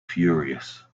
furious